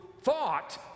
thought